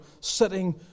sitting